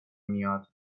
میاد